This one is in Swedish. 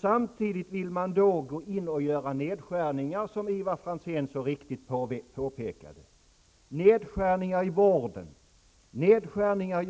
Samtidigt vill man gå in och göra nedskärningar, som Ivar Franzén så riktigt påpekade. Man vill göra nedskärningar i vården,